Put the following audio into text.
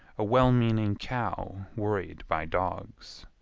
a well-meaning cow worried by dogs.